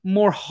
more